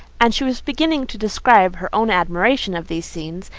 and she was beginning to describe her own admiration of these scenes,